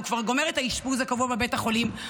הוא כבר גומר את האשפוז הקבוע בבית החולים,